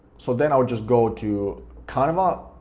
so then i would just go to canva,